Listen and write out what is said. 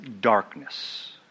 darkness